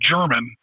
German